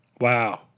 Wow